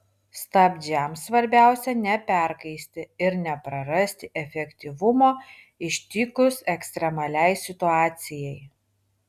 stabdžiams svarbiausia neperkaisti ir neprarasti efektyvumo ištikus ekstremaliai situacijai